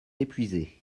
épuisé